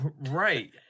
Right